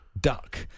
Duck